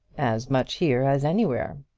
as much here as anywhere.